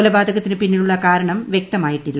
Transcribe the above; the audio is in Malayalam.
കൊലപാതകത്തിനു പിന്നിലുള്ള കാരണം വ്യക്തമായിട്ടില്ല